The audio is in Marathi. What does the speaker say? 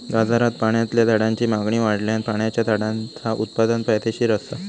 बाजारात पाण्यातल्या झाडांची मागणी वाढल्यान पाण्याच्या झाडांचा उत्पादन फायदेशीर असा